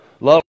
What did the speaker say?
Love